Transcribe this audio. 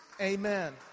Amen